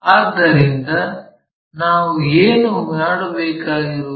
ಆದ್ದರಿಂದ ನಾವು ಏನು ಮಾಡಬೇಕಾಗಿರುವುದು